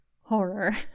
horror